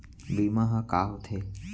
बीमा ह का होथे?